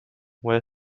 were